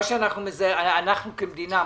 אנחנו כמדינה,